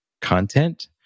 content